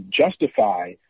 justify